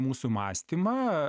mūsų mąstymą